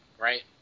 right